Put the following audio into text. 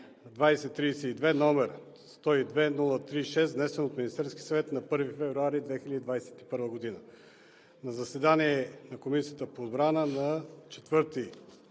2032, № 102-03-6, внесен от Министерския съвет на 1 февруари 2020 г. На заседание на Комисията по отбрана на 4